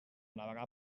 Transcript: navegar